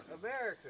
America